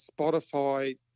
Spotify